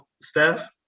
Steph